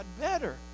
better